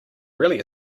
really